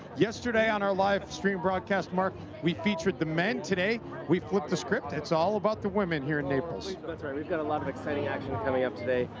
yesterday on our livestream broadcast, mark, we featured the men. today we flip the script. it's all about the women here in naples. that's right. we've got a lot of exciting action coming up today.